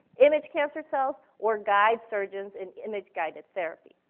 image cancer cells, or guide surgeons in image guided therapy.